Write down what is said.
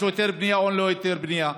לו היתר בנייה או אין לו היתר בנייה?